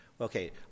Okay